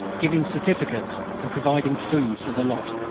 giving certificates, and providing food for the lot.